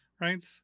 right